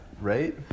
Right